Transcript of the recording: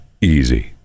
easy